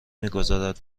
میگذارد